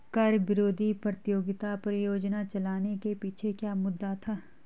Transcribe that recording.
कर विरोधी प्रतियोगिता परियोजना चलाने के पीछे क्या मुद्दा था?